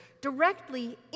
directly